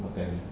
makan